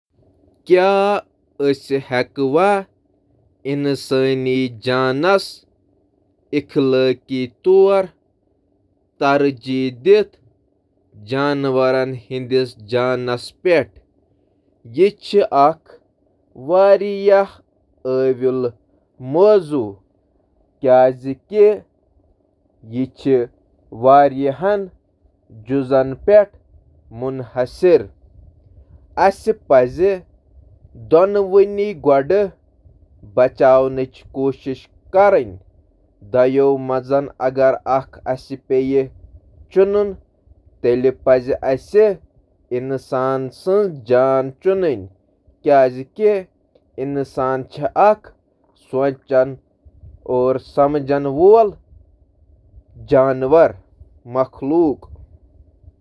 طبی تحقیقس منٛز چھ جانورن ہنٛز زندگی کھوتہٕ انسٲنی زندگی ترجیح دینک اخلاقیات پیچیدٕ، تہٕ دۄشوٕنی پوزیشنن خٲطرٕ تہٕ اتھ خلاف چِھ دلائل موجود: